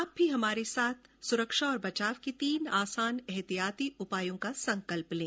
आप भी हमारे साथ सुरक्षा और बचाव के तीन आसान एहतियाती उपायों का संकल्प लें